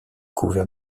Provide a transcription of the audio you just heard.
couvert